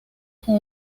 con